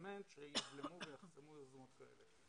בפרלמנט שיבלמו ויחסמו אירועים כאלה.